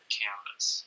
canvas